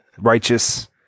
righteous